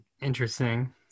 Interesting